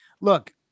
Look